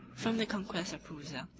from the conquest of prusa,